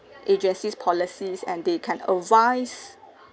agencies policies and they can advise